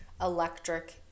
electric